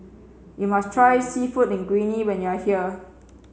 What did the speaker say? you must try Seafood Linguine when you are here